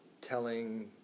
telling